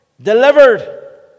Delivered